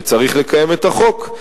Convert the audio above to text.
וצריך לקיים את החוק.